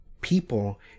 people